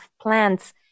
plants